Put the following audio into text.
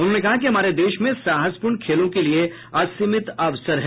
उन्होंने कहा कि हमारे देश में साहसपूर्ण खेलों के लिए असीमित अवसर हैं